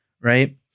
right